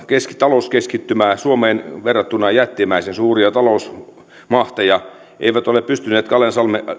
talouskeskittymää suomeen verrattuna jättimäisen suuria talousmahteja eivät ole pystyneet calaisn salmen